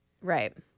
right